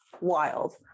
wild